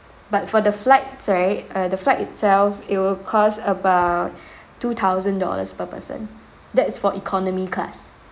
but for the flight right uh the flight itself it will cost about two thousand dollars per person that is for economy class